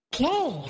Okay